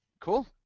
Cool